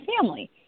family